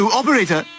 operator